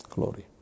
Glory